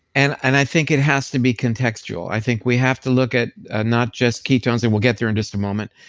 and and i think it has to be contextual i think we have to look at ah not just ketones and we'll get there in and just a moment.